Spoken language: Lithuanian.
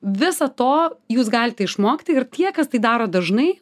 visą to jūs galite išmokti ir tie kas tai daro dažnai